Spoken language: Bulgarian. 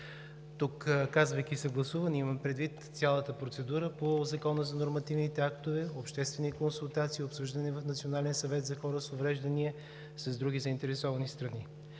Тук, казвайки „съгласуване“, имам предвид цялата процедура по Закона за нормативните актове, обществени консултации, обсъждане в Националния съвет за хора с увреждания с други заинтересовани страни.